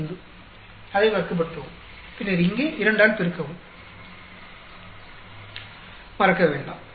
45 அதை வர்க்கப்படுத்தவும் பின்னர் இங்கே 2 ஆல் பெருக்கவும் மறக்க வேண்டாம்